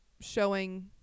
showing